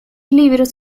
libros